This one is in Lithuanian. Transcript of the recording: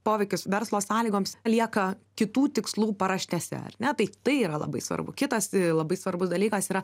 poveikis verslo sąlygoms lieka kitų tikslų paraštėse ar ne tai tai yra labai svarbu kitas tai labai svarbus dalykas yra